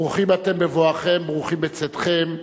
ברוכים אתם בבואכם, ברוכים בצאתכם,